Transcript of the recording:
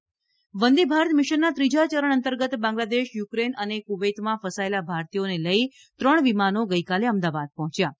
વંદે ભારત વંદે ભારત મિશનના ત્રીજા ચરણ અંતર્ગત બાંગ્લાદેશ યુક્રેન તથા કુવૈતમાં ફસાયેલા ભારતીયોને લઈ ત્રણ વિમાનો ગઇકાલે અમદાવાદ પહોંચ્યા છે